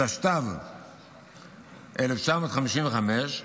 התשט"ו 1955,